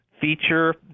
feature